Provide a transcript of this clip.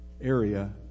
area